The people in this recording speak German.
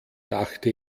dachte